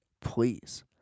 please